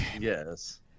Yes